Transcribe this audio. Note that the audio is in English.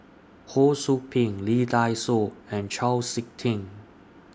Ho SOU Ping Lee Dai Soh and Chau Sik Ting